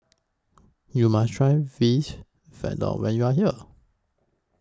YOU must Try when YOU Are here